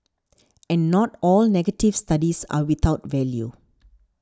and not all negative studies are without value